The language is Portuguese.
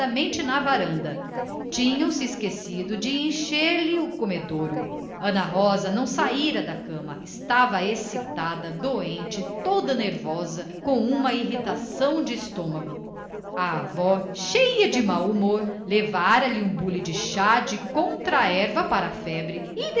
desesperadamente na varanda tinham-se esquecido de encher-lhe o comedouro ana rosa não saíra da rede estava excitada doente toda nervosa com uma irritação de estômago a avó cheia de mau humor levara lhe um bule de chá de contra erva para a febre